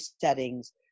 settings